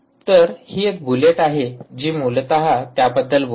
तर ही एक बुलेट आहे जी मूलत त्याबद्दल बोलत आहे